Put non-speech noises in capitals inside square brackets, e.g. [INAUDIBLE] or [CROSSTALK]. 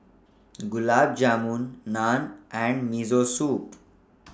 [NOISE] Gulab Jamun Naan and Miso Soup